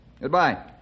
Goodbye